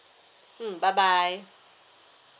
mm bye bye